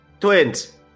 Twins